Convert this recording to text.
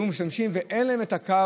הם היו משתמשים, ואין להם את הקו